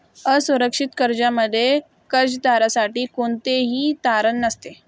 असुरक्षित कर्जामध्ये कर्जदारासाठी कोणतेही तारण नसते